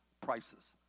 prices